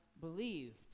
believed